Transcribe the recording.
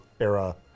era